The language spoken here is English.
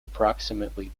approximately